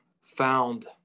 found